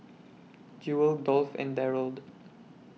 Jewel Dolph and Darold